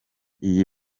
iyi